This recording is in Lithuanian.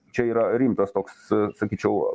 čia yra rimtas toks sakyčiau